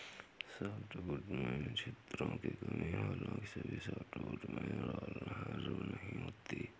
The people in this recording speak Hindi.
सॉफ्टवुड में छिद्रों की कमी हालांकि सभी सॉफ्टवुड में राल नहरें नहीं होती है